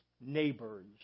neighbors